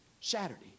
Saturday